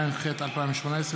התשע"ח 2018,